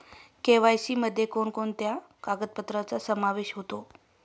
KYC मध्ये कोणकोणत्या कागदपत्रांचा समावेश होतो?